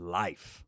life